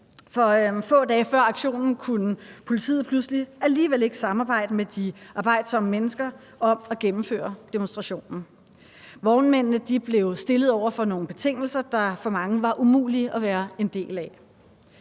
for få dage før aktionen kunne politiet pludselig alligevel ikke samarbejde med de arbejdsomme mennesker om at gennemføre demonstrationen. Vognmændene blev stillet over for nogle betingelser, der for mange var umulige at være en del af.